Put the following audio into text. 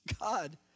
God